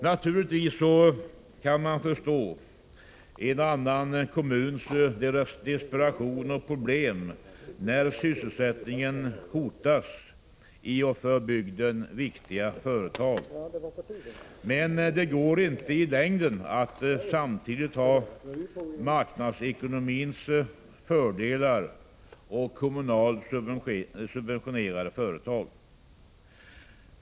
Naturligtvis kan man förstå en och annan kommuns desperation och problem när sysselsättningen hotas i för bygden viktiga företag. Men det går inte i längden att samtidigt ha marknadsekonomins fördelar och kommunalt subventionerade företag.